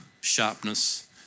sharpness